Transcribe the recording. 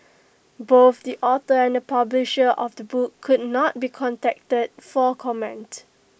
both the author and publisher of the book could not be contacted for comment